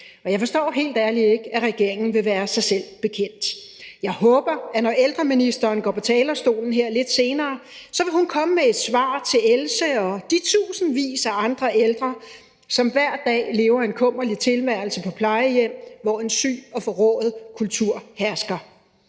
jeg forstår helt ærligt ikke, at regeringen vil være sig selv bekendt. Jeg håber, at når ældreministeren går på talerstolen her lidt senere, vil hun komme med et svar til Else og de tusindvis af andre ældre, som hver dag lever en kummerlig tilværelse på plejehjem, hvor en syg og forrået kultur hersker.